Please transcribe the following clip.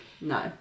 No